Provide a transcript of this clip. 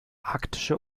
arktische